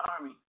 Army